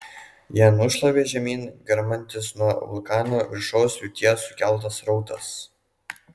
ją nušlavė žemyn garmantis nuo vulkano viršaus liūties sukeltas srautas